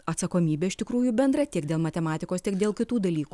atsakomybė iš tikrųjų bendra tiek dėl matematikos tiek dėl kitų dalykų